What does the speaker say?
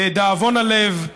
לדאבון הלב,